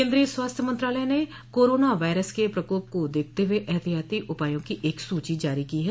केन्द्रीय स्वास्थ्य मंत्रालय ने कोरोना वायरस के प्रकोप को देखते हुए एहतियाती उपायों की एक सूची जारी की है